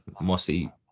mossy